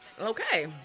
Okay